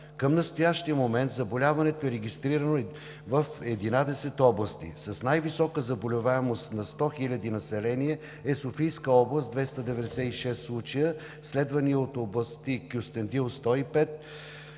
Към настоящия момент заболяването е регистрирано в единадесет области. С най-висока заболяемост на 100 хиляди население е Софийска област – 296 случая, следвана от области Кюстендил – 105,